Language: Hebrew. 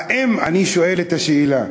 האם, אני שואל את השאלה,